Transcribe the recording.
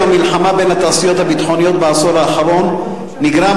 המלחמה בין התעשיות הביטחוניות בעשור האחרון נגרם,